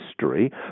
history